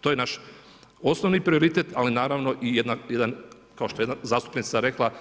To je naš osnovni prioritet, ali naravno i jedna kao što je jedna zastupnica rekla,